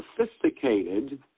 sophisticated